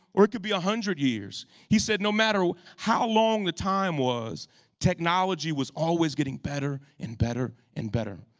or it could be one hundred years. he said, no matter how long the time was technology was always getting better, and better, and better.